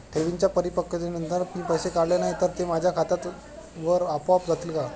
ठेवींच्या परिपक्वतेनंतर मी पैसे काढले नाही तर ते माझ्या खात्यावर आपोआप जातील का?